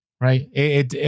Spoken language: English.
right